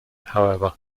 however